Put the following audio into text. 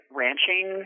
ranching